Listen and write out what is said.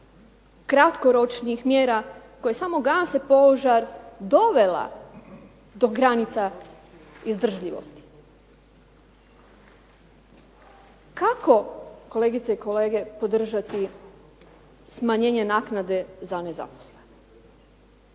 kratkoročnih mjera koje samo gase požar dovela do granica izdržljivosti. Kako, kolegice i kolege, podržati smanjenje naknade za nezaposlenost?